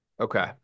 Okay